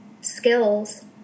skills